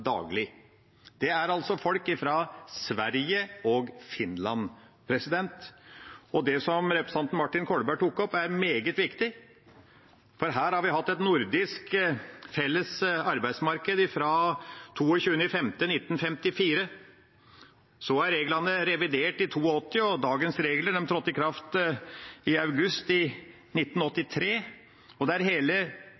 daglig. Det er altså folk fra Sverige og Finland. Det representanten Martin Kolberg tok opp, er meget viktig, for her har vi hatt et nordisk felles arbeidsmarked fra 22. mai 1954. Så ble reglene revidert i 1982, og dagens regler trådte i kraft i august 1983. Det er hele grunnplanken i